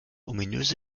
ominöse